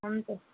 हुन्छ